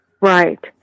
Right